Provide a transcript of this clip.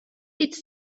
its